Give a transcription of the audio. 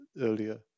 earlier